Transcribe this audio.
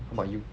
how about you